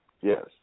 Yes